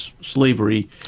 slavery